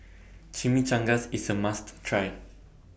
Chimichangas IS A must Try